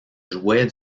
jouet